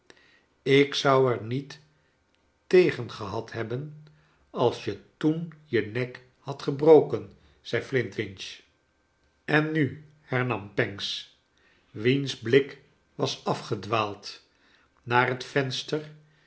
ik zou er niet tegen gehad hebben als je toen je nek hadt gebroken zei flintwinch en nu hernam pancks wiens blik was afgedwaald naar het venster